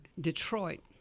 Detroit